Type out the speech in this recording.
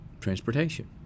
transportation